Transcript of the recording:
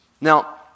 Now